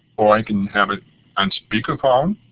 or i can have it on speakerphone,